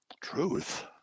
Truth